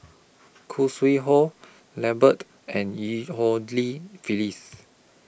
Khoo Sui Hoe Lambert and EU Ho Li Phyllis